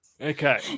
Okay